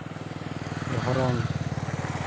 ᱫᱷᱚᱨᱚᱢ